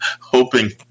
hoping